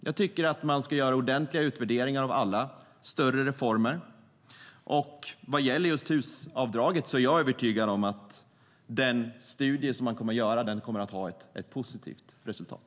Jag tycker att man ska göra ordentliga utvärderingar av alla större reformer, och vad gäller just HUS-avdragen är jag övertygad om att den studie man kommer att göra kommer att ha ett positivt resultat.